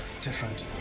different